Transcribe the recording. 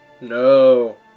No